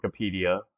Wikipedia